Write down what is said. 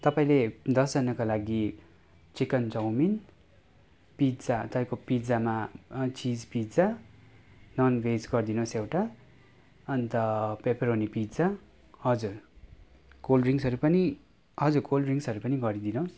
तपाईँले दसजनाको लागि चिकन चाउमिन पिज्जा तपाईँको पिज्जामा चिज पिज्जा नन् भेज गरिदिनोस् एउटा अन्त पेपरोनी पिज्जा हजुर कोल्ड ड्रिङ्क्सहरू पनि हजुर कोल्ड ड्रिङ्क्सहरू पनि गरिदिनोस्